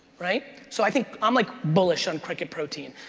right? so i think i'm like bullish on cricket protein,